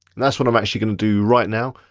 and that's what i'm actually gonna do right now.